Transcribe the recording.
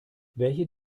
welche